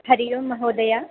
हरिः ओम् महोदया